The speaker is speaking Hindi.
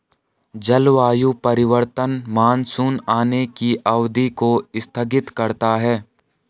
जलवायु परिवर्तन मानसून आने की अवधि को स्थगित करता है